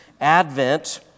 Advent